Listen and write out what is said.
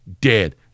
dead